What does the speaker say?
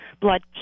Blood